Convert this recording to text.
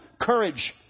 Courage